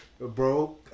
Bro